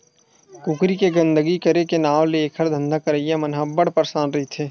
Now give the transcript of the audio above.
कुकरी के गंदगी करे के नांव ले एखर धंधा करइया मन अब्बड़ परसान रहिथे